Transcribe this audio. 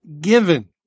given